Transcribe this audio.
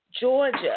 Georgia